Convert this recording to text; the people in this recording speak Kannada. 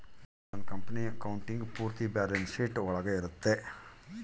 ಒಂದ್ ಕಂಪನಿ ಅಕೌಂಟಿಂಗ್ ಪೂರ್ತಿ ಬ್ಯಾಲನ್ಸ್ ಶೀಟ್ ಒಳಗ ಇರುತ್ತೆ